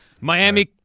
Miami